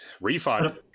Refund